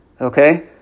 Okay